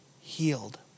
healed